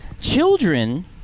Children